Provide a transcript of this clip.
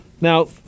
Now-